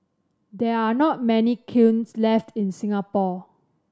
there are not many kilns left in Singapore